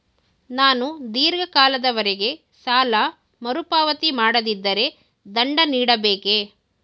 ನಾನು ಧೀರ್ಘ ಕಾಲದವರೆ ಸಾಲ ಮರುಪಾವತಿ ಮಾಡದಿದ್ದರೆ ದಂಡ ನೀಡಬೇಕೇ?